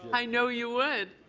i know you would.